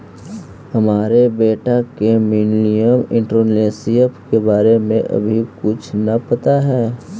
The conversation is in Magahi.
हमर बेटा के मिलेनियल एंटेरप्रेन्योरशिप के बारे में अभी कुछो न पता हई